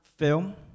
film